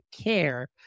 Care